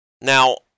Now